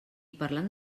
parlant